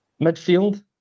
midfield